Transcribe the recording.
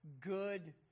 good